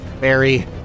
Barry